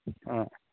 অঁ